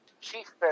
chief